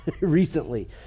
recently